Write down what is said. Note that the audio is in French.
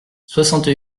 soixante